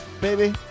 Baby